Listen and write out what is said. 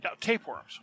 Tapeworms